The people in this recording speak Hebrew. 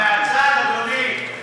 מהצד, אדוני.